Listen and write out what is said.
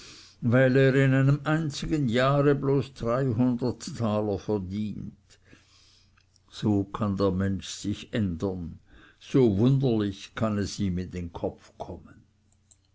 weil er in einem einzigen jahre bloß dreihundert taler verdient so kann der mensch sich ändern so wunderlich kann es ihm in den kopf kommen